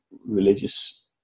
religious